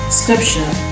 scripture